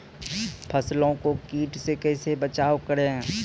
फसलों को कीट से कैसे बचाव करें?